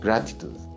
Gratitude